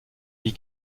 wie